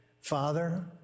Father